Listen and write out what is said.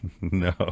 No